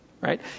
Right